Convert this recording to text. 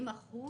20%?